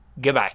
Goodbye